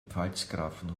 pfalzgrafen